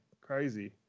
crazy